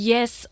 Yes